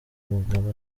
mugabo